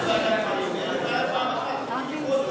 השר ליצמן, זה עלה פעמיים בוועדת שרים.